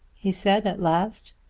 he said at last.